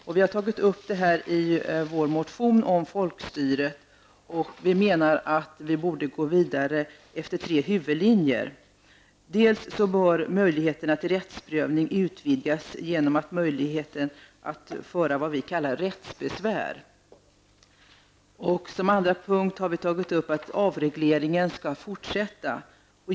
Det här har vi tagit upp i vår motion om folkstyre. Vi menar att man borde gå vidare efter tre huvudlinjer. För det första bör möjligheterna till rättsprövning utvidgas genom vad vi kallar rättsbesvär. För det andra skall avregleringen fortsätta.